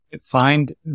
find